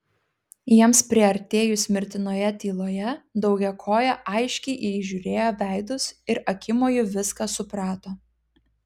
jiems priartėjus mirtinoje tyloje daugiakojė aiškiai įžiūrėjo veidus ir akimoju viską suprato